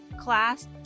class